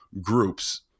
groups